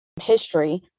history